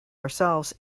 ourselves